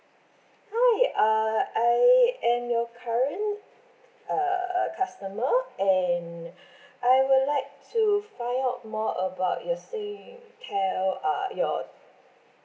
hi uh I am your current uh customer and I would like to find out more about your singtel uh your